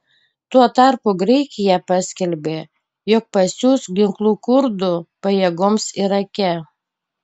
tuo tarpu graikija paskelbė jog pasiųs ginklų kurdų pajėgoms irake